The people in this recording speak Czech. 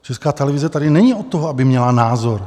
Česká televize tady není od toho, aby měla názor.